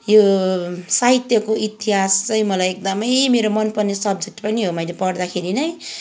यो साहित्यको इतिहास चाहिँ मलाई एकदमै मेरो मनपर्ने सब्जेक्ट पनि हो मैले पढ्दाखेरि नै